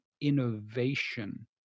innovation